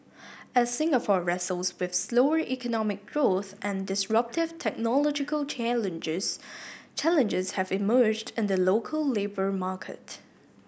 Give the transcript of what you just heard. as Singapore wrestles with slower economic growth and disruptive technological changes challenges have emerged in the local labour market